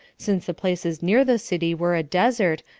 since the places near the city were a desert,